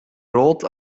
brood